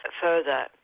further